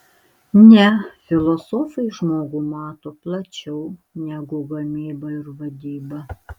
ne filosofai žmogų mato plačiau negu gamyba ir vadyba